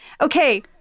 Okay